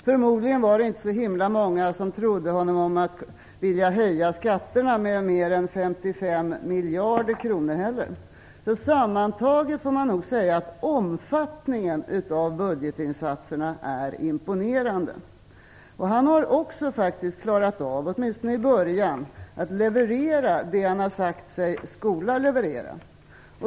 Förmodligen var det inte så många som trodde honom om att vilja höja skatterna med mer än 55 miljarder kronor heller. Sammantaget får man nog säga att omfattningen av budgetinsatserna är imponerande. Han har faktiskt också klarat av, åtminstone i början, att leverera det han har sagt sig skola leverera.